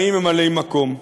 באים ממלאי-מקום.